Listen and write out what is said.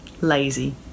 lazy